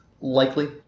likely